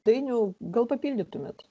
dainiau gal papildytumėt